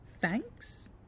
Thanks